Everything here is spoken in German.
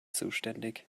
zuständig